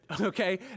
Okay